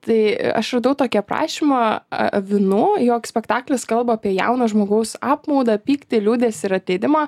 tai aš radau tokį aprašymą avinų jog spektaklis kalba apie jauno žmogaus apmaudą pyktį liūdesį ir atleidimą